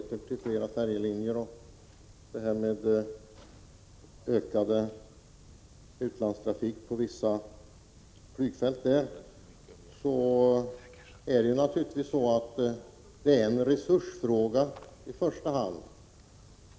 Kraven på fler färjelinjer i Skåne och förslagen om utökad utlandstrafik på vissa flygfält är naturligtvis i första hand resursfrågor.